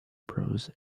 prose